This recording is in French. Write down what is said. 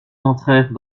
entrèrent